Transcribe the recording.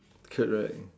correct